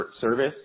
service